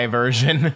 version